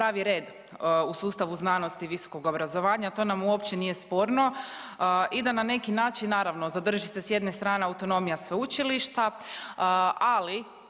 napravi red u sustavu znanosti, visokog obrazovanja. To nam uopće nije sporno. I da na neki način naravno zadrži se s jedne strane autonomija sveučilišta, ali